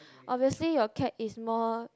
obviously your cat is more